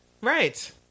Right